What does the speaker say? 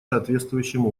соответствующим